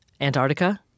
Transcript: Antarctica